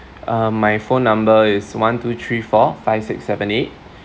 uh my phone number is one two three four five six seven eight